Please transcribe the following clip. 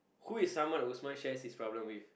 who is someone who would so much share his problems with